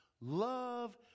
love